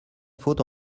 faute